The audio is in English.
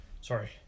sorry